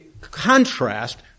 contrast